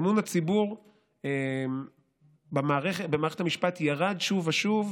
אמון הציבור במערכת המשפט ירד שוב ושוב,